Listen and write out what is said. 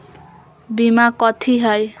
बीमा कथी है?